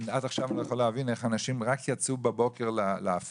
עד עכשיו אני לא יכול להבין איך אנשים רק יצאו לבוקר למפקד,